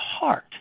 heart